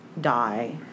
die